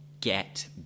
get